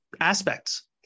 aspects